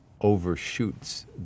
overshoots